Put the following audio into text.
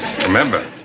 Remember